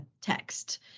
text